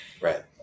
Right